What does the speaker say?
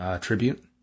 Tribute